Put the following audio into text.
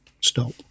stop